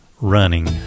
Running